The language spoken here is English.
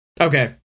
okay